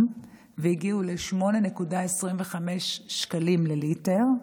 והגיעו ל-8.25 שקלים לליטר,